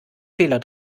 fehler